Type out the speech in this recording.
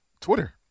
Twitter